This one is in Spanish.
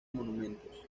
monumentos